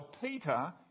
Peter